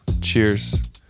Cheers